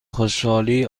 خوشحالی